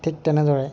ঠিক তেনেদৰে